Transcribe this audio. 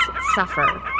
suffer